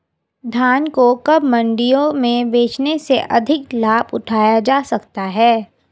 धान को कब मंडियों में बेचने से अधिक लाभ उठाया जा सकता है?